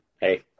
hey